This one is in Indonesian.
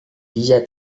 dia